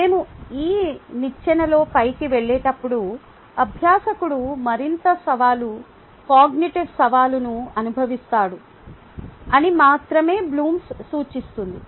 మేము ఈ నిచ్చెనలో పైకి వెళ్ళేటప్పుడు అభ్యాసకుడు మరింత సవాలు కాగ్నిటివ్ సవాలును అనుభవిస్తాడు అని మాత్రమే బ్లూమ్స్ సూచిస్తుంది